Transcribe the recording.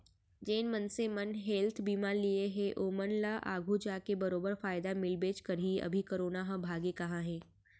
जेन मनसे मन हेल्थ बीमा लिये हें ओमन ल आघु जाके बरोबर फायदा मिलबेच करही, अभी करोना ह भागे कहॉं हे?